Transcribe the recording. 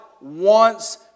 wants